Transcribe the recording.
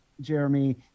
Jeremy